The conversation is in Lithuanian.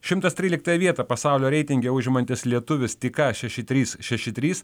šimtas tryliktą vietą pasaulio reitinge užimantis lietuvis tik ką šeši trys šeši trys